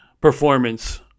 performance